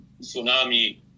tsunami